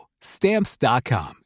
Stamps.com